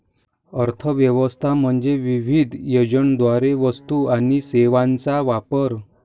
अर्थ व्यवस्था म्हणजे विविध एजंटद्वारे वस्तू आणि सेवांचा वापर